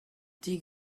digor